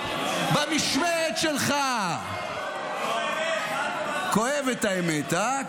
במשמרת שלך ------ כואבת האמת, הא?